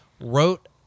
Wrote